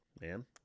man